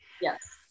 yes